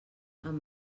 amb